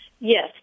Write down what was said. Yes